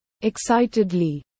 Excitedly